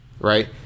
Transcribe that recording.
right